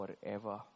forever